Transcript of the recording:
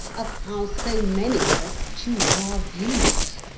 of how so many of us choose our views,